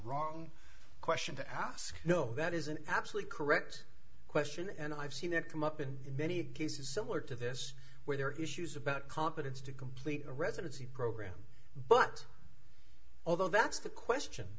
wrong question to ask you know that is an absolute correct question and i've seen it come up in many cases similar to this where there are issues about competence to complete a residency program but although that's the question